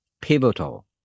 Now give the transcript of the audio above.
pivotal